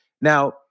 Now